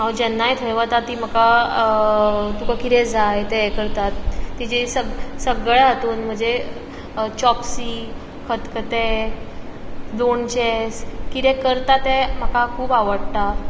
हांव जेन्नाय थंय वतां ती म्हाका तुका कितें जांय तें हें करतात तिजी सग सगळ्यां हातून म्हणजे चॉप्सी खतखतें लोणचें कितें करतां तें म्हाका खूब आवडटा